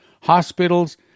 Hospitals